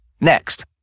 next